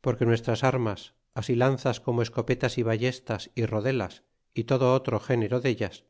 porque nuestras armas así lanzas como escopetas y ballestas y rodelas y todo otro género dellas